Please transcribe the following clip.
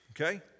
Okay